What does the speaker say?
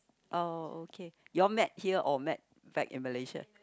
oh okay you all met here or met back in Malaysia